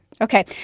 Okay